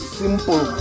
simple